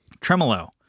Tremolo